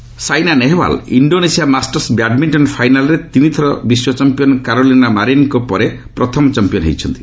badminton Saina Nehwal Indonesia Masters badminton ଫାଇନାଲ୍ରେ ତିନି ଥର ବିଶ୍ୱ ଚମ୍ପିୟନ୍ କାରୋଲିନା ମାରିନ୍ଙ୍କ ପରେ ପ୍ରଥମ ଚମ୍ପିୟନ୍ ହୋଇଛନ୍ତି